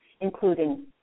including